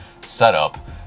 setup